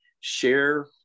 share